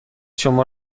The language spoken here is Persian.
شما